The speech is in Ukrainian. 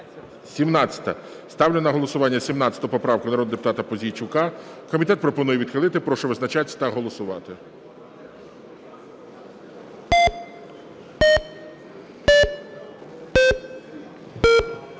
17-а. Ставлю на голосування 17 поправку народного депутата Пузійчука. Комітет пропонує відхилити. Прошу визначатися та голосувати.